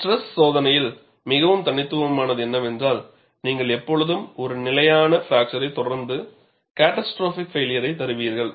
stress சோதனையில் மிகவும் தனித்துவமானது என்னவென்றால் நீங்கள் எப்போதும் ஒரு நிலையான பிராக்சரை தொடர்ந்து கேட்டாஸ்ட்ரோபிக் பைளியர் தருவீர்கள்